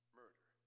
murder